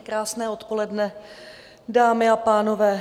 Krásné odpoledne, dámy a pánové.